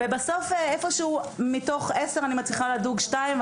ובסוף איפשהו מתוך עשר אני מצליחה לדוג שתיים,